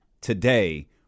today